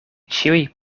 ĉiuj